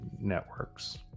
networks